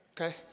Okay